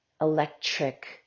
electric